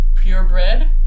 purebred